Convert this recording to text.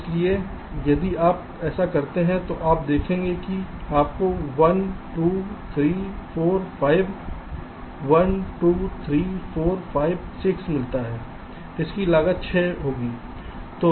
इसलिए यदि आप ऐसा करते हैं तो आप देखेंगे कि आपको 1 2 3 4 5 1 2 3 4 5 6 मिलता है इसलिए लागत 6 होगी